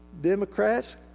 Democrats